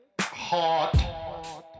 Hot